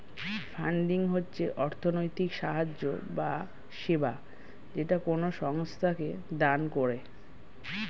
funding হচ্ছে অর্থনৈতিক সাহায্য বা সেবা যেটা কোনো সংস্থাকে দান করে